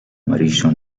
amarillo